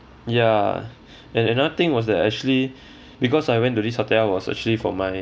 ya and another thing was that actually because I went to this hotel was actually for my